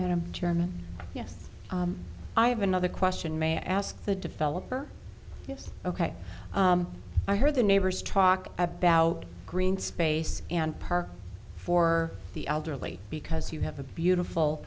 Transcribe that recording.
german yes i have another question may i ask the developer yes ok i heard the neighbors talk about green space and par for the elderly because you have a beautiful